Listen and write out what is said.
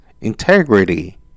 integrity